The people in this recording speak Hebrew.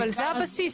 אבל זה הבסיס,